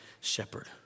shepherd